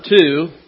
two